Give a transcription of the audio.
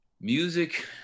music